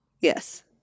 Yes